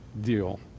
deal